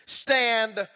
stand